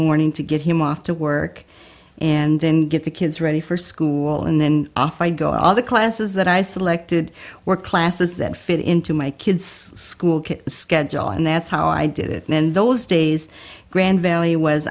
morning to get him off to work and then get the kids ready for school and then off i go all the classes that i selected were classes that fit into my kids school schedule and that's how i did it in those days grand valley was